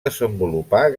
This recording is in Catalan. desenvolupar